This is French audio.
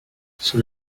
sous